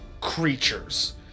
creatures